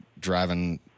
driving